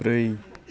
ब्रै